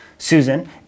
Susan